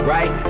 Right